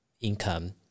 income